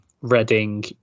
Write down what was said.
Reading